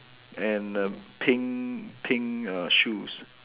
and err pink pink err shoes